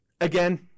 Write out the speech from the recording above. again